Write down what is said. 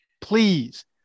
please